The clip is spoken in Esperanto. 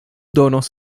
donos